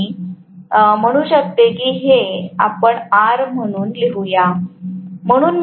तर मी म्हणू शकते की हे आपण R म्हणून लिहुया